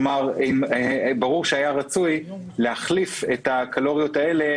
כלומר ברור שהיה רצוי להחליף את הקלוריות הללו,